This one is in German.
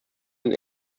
und